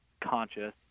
conscious